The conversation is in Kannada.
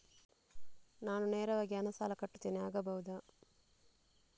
ನಾನು ನೇರವಾಗಿ ಹಣ ಸಾಲ ಕಟ್ಟುತ್ತೇನೆ ಆಗಬಹುದ?